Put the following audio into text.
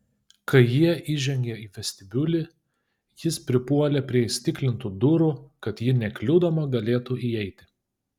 kai jie įžengė į vestibiulį jis pripuolė prie įstiklintų durų kad ji nekliudoma galėtų įeiti